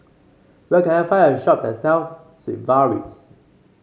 where can I find a shop that sells Sigvaris